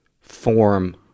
form